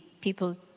people